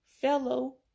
fellow